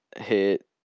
hit